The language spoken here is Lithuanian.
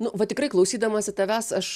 nu va tikrai klausydamasi tavęs aš